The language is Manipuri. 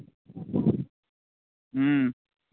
ꯎꯝ